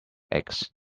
eggs